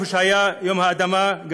איפה שהיה יום האדמה,